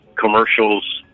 commercials